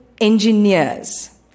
engineers